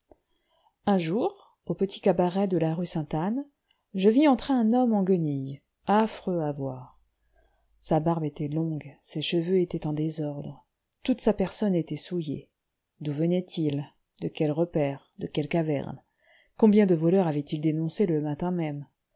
un jour au petit cabaret de la rue sainte-anne je vis entrer un homme en guenilles affreux à voir sa barbe était longue ses cheveux étaient en désordre toute sa personne était souillée d'où venait-il de quel repaire de quelle caverne combien de voleurs avait-il dénoncés le matin même